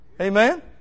Amen